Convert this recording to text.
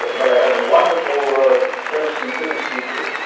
but i had a wonderful ah chemistry and physics teacher